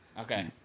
Okay